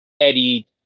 Eddie